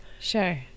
Sure